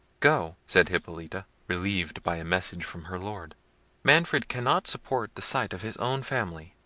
go, said hippolita, relieved by a message from her lord manfred cannot support the sight of his own family.